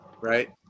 right